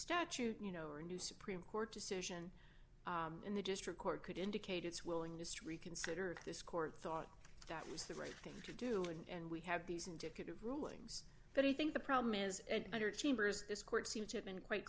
statute you know or a new supreme court decision in the district court could indicate its willingness to reconsider this court thought that was the right thing to do and we have these indicative rulings but i think the problem is and underachievers this court seems to have been quite